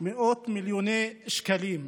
מאות מיליוני שקלים,